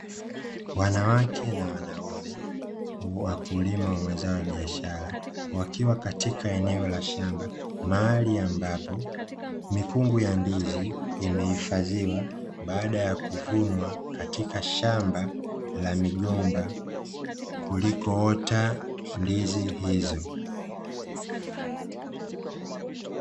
Wanawake na wanaume wakulima wa mazao ya biashara, wakiwa katika eneo la shamba, mahali ambapo mikungu ya ndizi imehifadhiwa, baada ya kuvunwa katika shamba la migomba kuliko ota ndizi hizo.